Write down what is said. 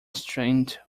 strained